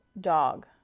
dog